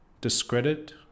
discredit